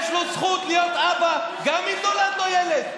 יש לו זכות להיות אבא גם אם נולד לו ילד,